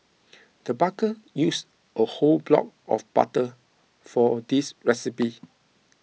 the baker used a whole block of butter for this recipe